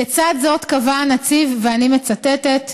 לצד זאת, קבע הנציב, ואני מצטטת: